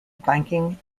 banking